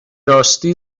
راستی